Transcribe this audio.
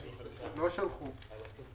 הם לא שלחו.